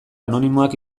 anonimoak